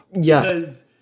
Yes